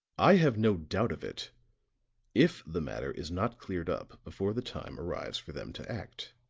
i have no doubt of it if the matter is not cleared up before the time arrives for them to act.